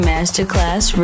Masterclass